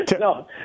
no